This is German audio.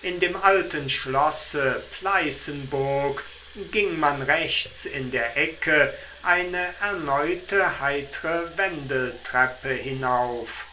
in dem alten schlosse pleißenburg ging man rechts in der ecke eine erneute heitre wendeltreppe hinauf